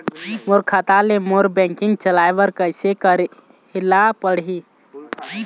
मोर खाता ले मोर बैंकिंग चलाए बर कइसे करेला पढ़ही?